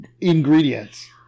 ingredients